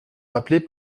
rappelées